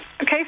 Okay